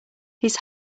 his